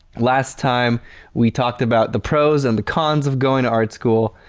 last time we talked about the pros and the cons of going to art school.